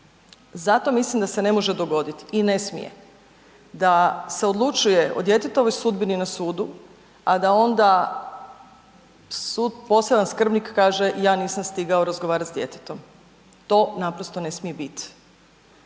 Zato mislim da se ne može dobiti i ne smije da se odlučuje o djetetovoj sudbini na sudu, a da onda sud, poseban skrbnik kaže ja nisam stigao razgovarati s djetetom. To naprosto ne smije biti.